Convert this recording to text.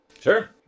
Sure